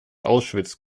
auschwitz